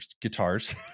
guitars